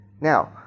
Now